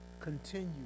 Continue